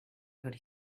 could